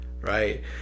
right